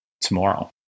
tomorrow